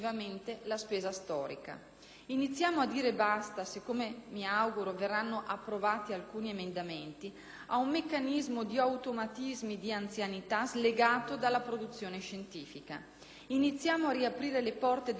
Iniziamo a dire basta se, come mi auguro, verranno approvati alcuni emendamenti, a un meccanismo di automatismi di anzianità slegato dalla produzione scientifica. Iniziamo a riaprire le porte dell'università ai giovani